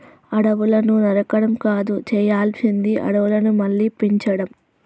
అడవులను నరకడం కాదు చేయాల్సింది అడవులను మళ్ళీ పెంచడం